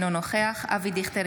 אינו נוכח אבי דיכטר,